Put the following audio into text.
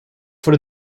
voor